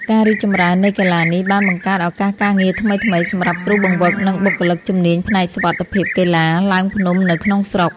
ការរីកចម្រើននៃកីឡានេះ បានបង្កើតឱកាសការងារថ្មីៗសម្រាប់គ្រូបង្វឹក និងបុគ្គលិកជំនាញផ្នែកសុវត្ថិភាពកីឡាឡើងភ្នំនៅក្នុងស្រុក។